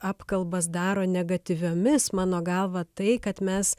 apkalbas daro negatyviomis mano galva tai kad mes